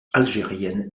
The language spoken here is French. algérienne